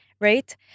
Right